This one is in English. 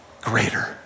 greater